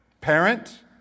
parent